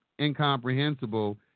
incomprehensible